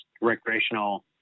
recreational